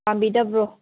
ꯄꯥꯝꯕꯤꯗꯕ꯭ꯔꯣ